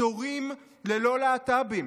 אזורים ללא להט"בים.